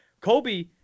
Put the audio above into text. Kobe